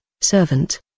Servant